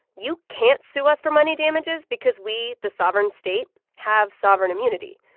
you can't sue us for money damages because we, the sovereign state, have sovereign immunity.